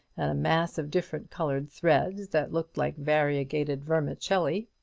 and a mass of different-coloured threads, that looked like variegated vermicelli.